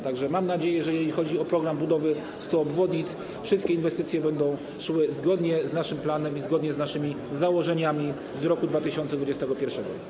Tak że mam nadzieję, że jeżeli chodzi o program budowy 100 obwodnic, wszystkie inwestycje będą szły zgodnie z naszym planem i zgodnie z naszymi założeniami z roku 2021.